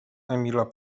emila